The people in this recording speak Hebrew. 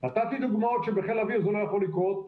נתתי דוגמאות שבחיל אוויר זה לא יכול לקרות,